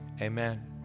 Amen